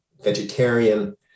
vegetarian